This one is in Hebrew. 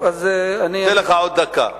אתן לך עוד דקה.